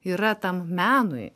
yra tam menui